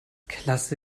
klasse